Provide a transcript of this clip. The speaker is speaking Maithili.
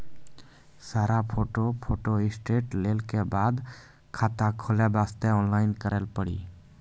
सारा फोटो फोटोस्टेट लेल के बाद खाता खोले वास्ते ऑनलाइन करिल पड़ी?